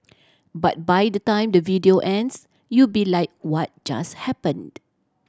but by the time the video ends you'll be like what just happened